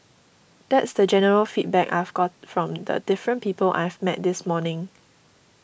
that's the general feedback I've got from the different people I've met this morning